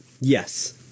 yes